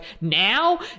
now